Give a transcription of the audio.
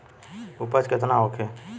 उपज केतना होखे?